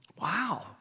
Wow